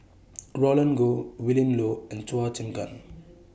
Roland Goh Willin Low and Chua Chim Kang